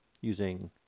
using